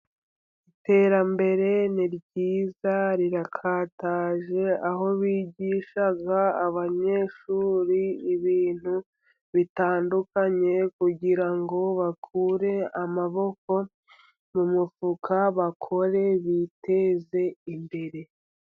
Iterambere ni ryiza rirakataje aho bigisha abanyeshuri ibintu bitandukanye, kugira ngo bakure amaboko mu mufuka bakore biteze imbere.